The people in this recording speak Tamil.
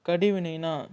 கடிவினைன்னா